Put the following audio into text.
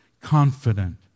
confident